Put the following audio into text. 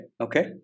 okay